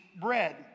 bread